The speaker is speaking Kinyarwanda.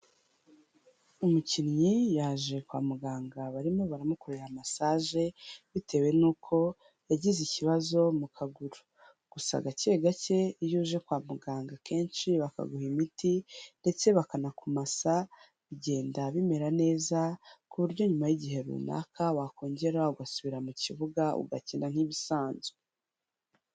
Umukinnyi yaje kwa muganga, barimo baramukorera massage, bitewe n’uko yagize ikibazo mu kaguru. Gusa, gake gake, iyo uje kwa muganga kenshi, bakaguha imiti, ndetse bakanakumasa, bigenda bimera neza, ku buryo nyuma y’igihe runaka, wakongera ugasubira mu kibuga, ugakina nk’ibisanzwe.